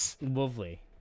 lovely